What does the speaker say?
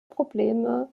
probleme